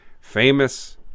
famous